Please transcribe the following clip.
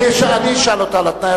אני אשאל אותה על התנאי.